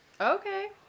Okay